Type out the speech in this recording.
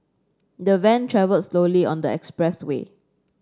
the van travelled slowly on the expressway